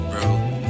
bro